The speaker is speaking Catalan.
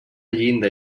llinda